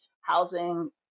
housing